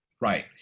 Right